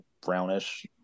brownish